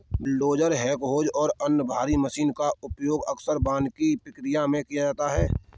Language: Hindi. बुलडोजर बैकहोज और अन्य भारी मशीनों का उपयोग अक्सर वानिकी प्रक्रिया में किया जाता है